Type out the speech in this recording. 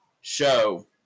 show